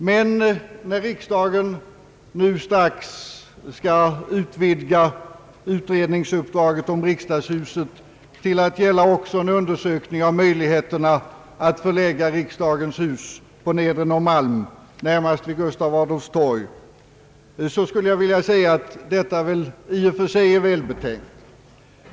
Men när riksdagen nu skall vidga utredningsuppdraget beträffande riksdagens hus till att gälla också en undersökning av möjligheterna att förlägga riksdagens hus på Nedre Norrmalm, i första hand vid Gustav Adolfs torg, skulle jag vilja säga att detta i och för sig synes välbetänkt.